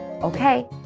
Okay